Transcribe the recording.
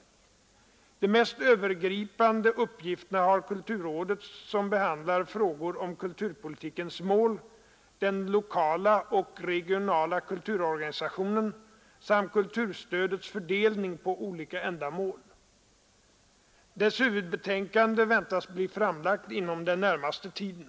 De mest övergripande uppgifterna har kulturrådet, som behandlar frågor om kulturpolitikens mål, den lokala och regionala kulturorganisationen samt kulturstödets fördelning på olika ändamål. Dess huvudbetänkande väntas bli framlagt inom den närmaste tiden.